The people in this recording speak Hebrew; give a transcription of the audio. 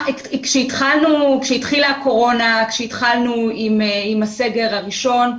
כשהתחילה הקורונה, כשהתחלנו עם הסגר הראשון,